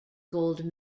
gold